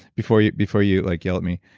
before you before you like yell at me.